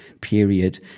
period